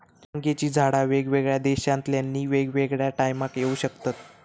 भांगेची झाडा वेगवेगळ्या देशांतल्यानी वेगवेगळ्या टायमाक येऊ शकतत